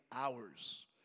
hours